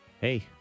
hey